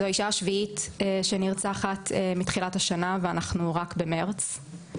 זו האישה השביעית שנרצחת מתחילת השנה ואנחנו רק במרץ.